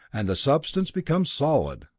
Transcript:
and the substance becomes solid.